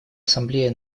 ассамблея